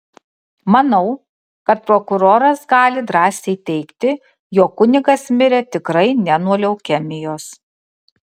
manau kad prokuroras gali drąsiai teigti jog kunigas mirė tikrai ne nuo leukemijos